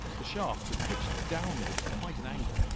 the shafts are pitched downward at quite an angle.